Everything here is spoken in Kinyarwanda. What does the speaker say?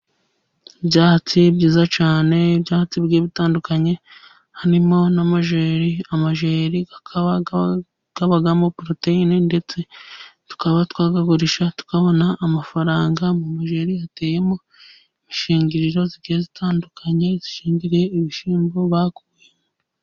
Ibyatsi byiza cyane ibyatsi bitandukanye harimo n'amajeri. Amajeri akaba abamo poroteyine ndetse tukaba twayagurisha tukabona amafaranga, mu majeri hateyemo imishingiriro igiye itandukanye ishingiriye ibishyimbo baguye.